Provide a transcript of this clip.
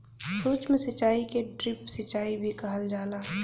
सूक्ष्म सिचाई के ड्रिप सिचाई भी कहल जाला